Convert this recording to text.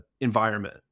environment